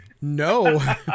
No